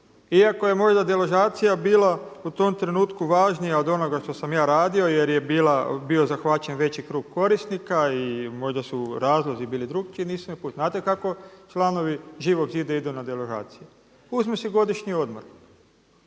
Iako je možda deložacija bila u tom trenutku važnija od onoga što sam ja radio jer je bio zahvaćen veći krug korisnika i možda su razlozi bili drukčiji. Znate kako članovi Živog zida idu na deložaciju? Uzmu si godišnji odmor